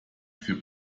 für